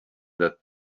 that